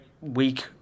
week